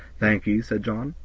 thank ye, said john,